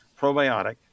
probiotic